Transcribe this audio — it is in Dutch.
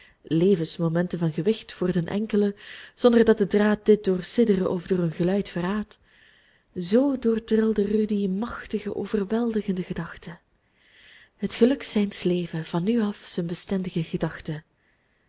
levensmomenten van gewicht voor den enkele zonder dat de draad dit door sidderen of door een geluid verraadt zoo doortrilden rudy machtige overweldigende gedachten het geluk zijns levens van nu af zijn bestendige gedachte